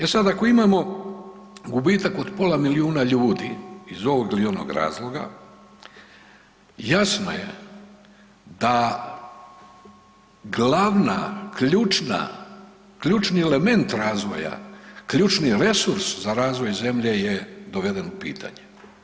E sad ako imamo gubitak od pola milijuna ljudi iz ovog ili onog razloga jasno je da glavna ključna, ključni element razvoja, ključni resurs za razvoj zemlje je doveden u pitanje.